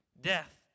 death